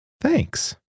Thanks